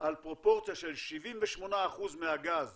על פרופורציה של 78% מהגז